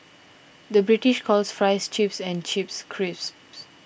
the British calls Fries Chips and Chips Crisps